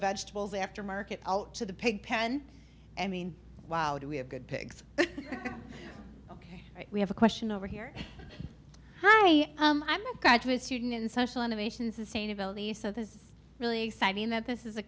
vegetables after market to the pig pen i mean wow do we have good pigs ok we have a question over here i'm a graduate student in social innovation sustainability so this is really exciting that this is